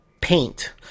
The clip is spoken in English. paint